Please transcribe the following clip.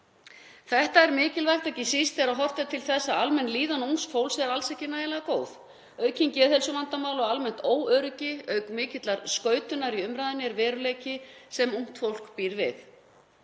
Þetta er mikilvægt, ekki síst þegar horft er til þess að almenn líðan ungs fólks er alls ekki nægilega góð. Aukin geðheilsuvandamál og almennt óöryggi, auk mikillar skautunar í umræðunni er veruleiki sem ungt fólk býr við.